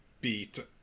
beat